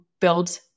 build